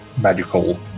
magical